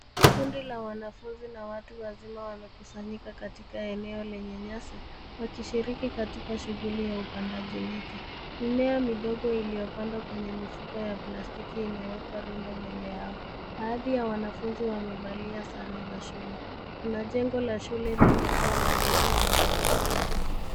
Kundi la wanafunzi na watu wazima wamekusanyika katika eneo lenye nyasi, wakishiriki katika shughuli ya upandaji miti. Mimea midogo iliyopandwa kwenye mifuko ya plastiki, imewekwa rundo mbele yao. Baadhi ya wanafunzi wamevalia sare za shule, kuna jengo la shule lenye paa la bluu linaonekana nyuma.